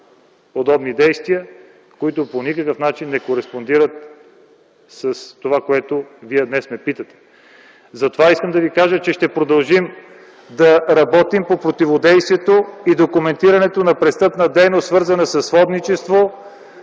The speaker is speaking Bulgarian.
подобни действия, които по никакъв начин не кореспондират с това, за което вие днес ме питате. Искам да ви кажа, че ще продължим по противодействието и документирането на престъпна дейност, свързана със сводничество,